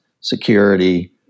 security